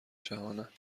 جهانند